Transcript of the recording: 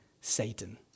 Satan